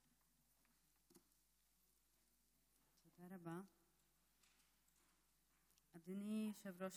אדוני יושב-ראש